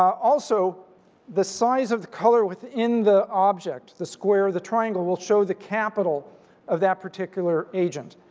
also the size of the color within the object, the square, the triangle will show the capital of that particular agent.